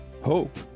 HOPE